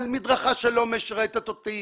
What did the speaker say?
על מדרכה שלא משרתת אותי.